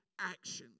actions